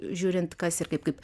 žiūrint kas ir kaip kaip